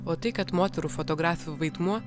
o tai kad moterų fotografių vaidmuo